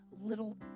little